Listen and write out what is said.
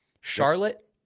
Charlotte